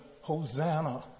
Hosanna